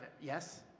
Yes